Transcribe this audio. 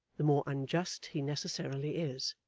the more unjust he necessarily is.